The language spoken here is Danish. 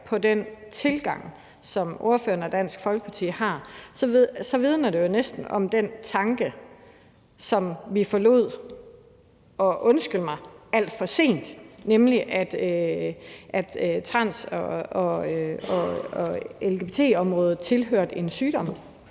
på den tilgang, som ordføreren og Dansk Folkeparti har, så vidner det jo næsten om den tanke, som vi forlod – og undskyld mig – alt for sent, nemlig at trans- og lgbt-området tilhørte en sygdom,